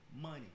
Money